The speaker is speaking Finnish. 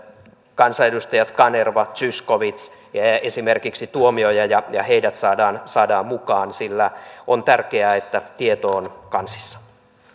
kansanedustajat kanerva zyskowicz ja ja esimerkiksi tuomioja saadaan saadaan mukaan sillä on tärkeää että tieto on kansissa